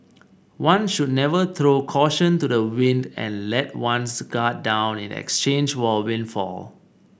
one should never throw caution to the wind and let one's guard down in exchange for a windfall